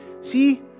See